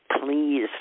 please